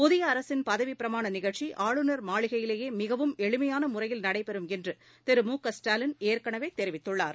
புதிய அரசின் பதவி பிரமாண நிகழ்ச்சி ஆளுநர் மாளிகையிலேயே மிகவும் எளிமையான முறையில் நடைபெறும் என்று திரு மு க ஸ்டாலின் ஏற்கனவே தெரிவித்துள்ளார்